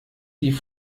die